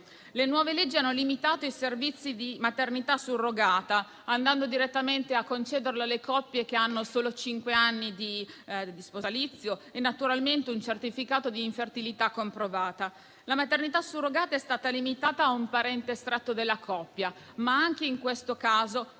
Le nuove leggi hanno limitato i servizi di maternità surrogata, andando direttamente a concederlo alle coppie che hanno almeno cinque anni di matrimonio e, naturalmente, un certificato di infertilità comprovata. Inoltre, la maternità surrogata è stata limitata a un parente stretto della coppia. Anche in questo caso,